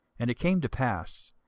and it came to pass,